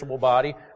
body